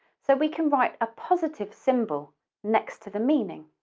so we can write a positive symbol next to the meaning.